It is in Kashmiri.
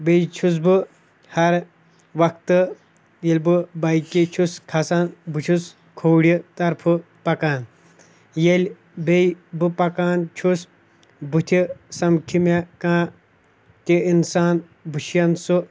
بیٚیہِ چھُس بہٕ ہَر وقتہٕ ییٚلہِ بہٕ بایکہِ چھُس کھسان بہٕ چھُس کھوٚرِ طرفہٕ پَکان ییٚلہِ بیٚیہِ بہٕ پَکان چھُس بُتھِ سَمکھِ مےٚ کانٛہہ تہِ اِنسان بہٕ چھُسَن سُہ